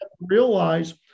realize